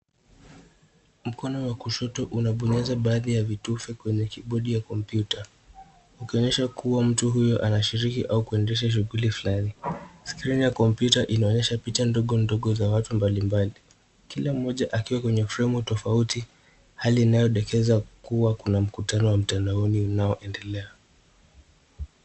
Mkono wa kushoto unabonyeza baadhi ya vitufe kwenye kibodi ya kompyuta. Ukionyesha kuwa mtu huyu anashiriki au kuendesha shughuli fulani. Skrini ya kompyuta inaonyesha picha ndogo ndogo ya watu mbali mbali. Kila mmoja akiwa kwenye fremu tofauti, hali inayodokeza kuwa kuna mkutano wa mtandaoni unaoendelea.